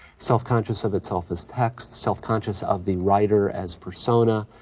self-conscious of itself as text, self-conscious of the writer as persona,